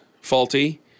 faulty